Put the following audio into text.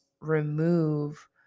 remove